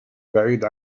بعيد